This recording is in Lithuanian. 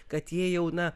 kad jie jau na